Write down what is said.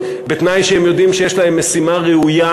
בתנאי שהם יודעים שיש להם משימה ראויה,